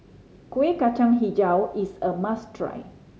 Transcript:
Kueh Kacang Hijau is a must try